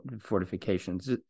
fortifications